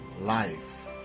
life